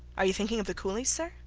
are you thinking of the coolies, sir?